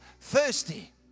thirsty